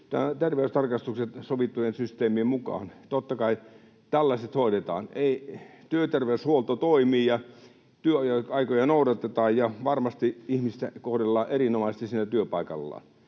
työterveystarkastukset sovittujen systeemien mukaan. Totta kai tällaiset hoidetaan, työterveyshuolto toimii ja työaikoja noudatetaan, ja varmasti ihmistä kohdellaan erinomaisesti siinä työpaikallaan.